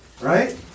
Right